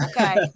okay